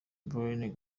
bellerin